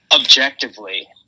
Objectively